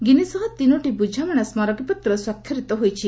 ଗିନି ସହ ତିନୋଟି ବୁଝାମଣା ସ୍କାରକୀପତ୍ର ସ୍ୱାକ୍ଷରିତ ହୋଇଛି